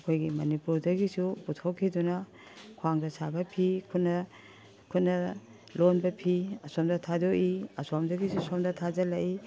ꯑꯩꯈꯣꯏꯒꯤ ꯃꯅꯤꯄꯨꯔꯗꯒꯤꯁꯨ ꯄꯨꯊꯣꯛꯈꯤꯗꯨꯅ ꯈ꯭ꯋꯥꯡꯗ ꯁꯥꯕ ꯐꯤ ꯈꯨꯠꯅ ꯈꯨꯠꯅ ꯂꯣꯟꯕ ꯐꯤ ꯑꯁꯣꯝꯗ ꯊꯥꯗꯣꯛꯏ ꯑꯁꯣꯝꯗꯒꯤꯁꯨ ꯁꯣꯝꯗ ꯊꯥꯖꯜꯂꯛꯏ